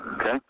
Okay